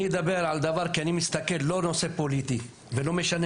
אני לא מסתכל על הנושא הפוליטי ולא משנה